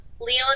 Leon